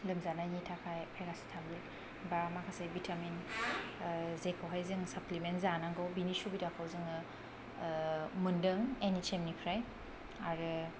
लोमजानायनि थाखाय paracetamol tablet एबा माखासे बिटामिन ओ जेखौहाय जों साप्लिमेन्ट जानांगौ बिनि सुबिदाखौ जोङो ओ मोनदों एन इच एम निफ्राय आरो